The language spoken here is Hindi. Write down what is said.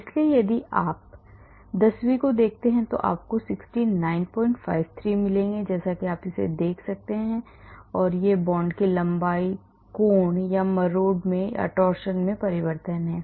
इसलिए यदि आप 10 वीं को देखते हैं तो आपको 6953 मिलेंगे जैसा कि आप इस बीच देख सकते हैं और यह एक बांड की लंबाई या कोण या मरोड़ में परिवर्तन हैं